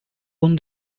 bunu